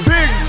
Big